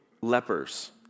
lepers